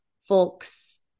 folks